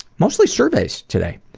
mostly surveys today.